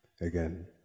again